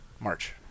March